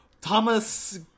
Thomas